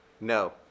No